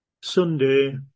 Sunday